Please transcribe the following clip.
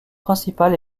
principal